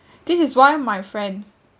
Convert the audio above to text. this is why my friend